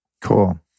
Cool